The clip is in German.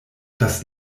das